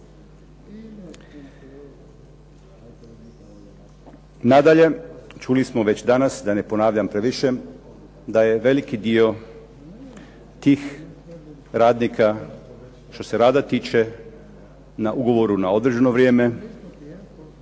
Nadalje, čuli smo već danas, da ne ponavljam previše, da je veliki dio tih radnika što se rada tiče na ugovoru na određeno vrijeme.